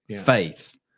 faith